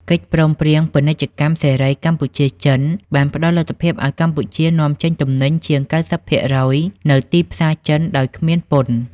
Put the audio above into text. កិច្ចព្រមព្រៀងពាណិជ្ជកម្មសេរីកម្ពុជា-ចិន បានផ្ដល់លទ្ធភាពឱ្យកម្ពុជានាំចេញទំនិញជាង ៩០% ទៅទីផ្សារចិនដោយគ្មានពន្ធ។